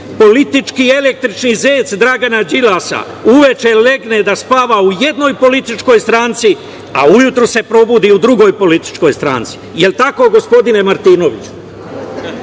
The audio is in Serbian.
politički električni zec Dragana Đilasa, uveče legne da spava u jednoj političkoj stranci, a ujutru se probudi u drugoj političkoj stranci. Jel tako gospodine Martinoviću? Slagala